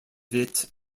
witt